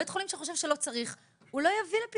בית חולים שחושב שלא צריך לא יביא אותו לפתחו.